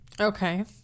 Okay